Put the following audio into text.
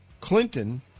Clinton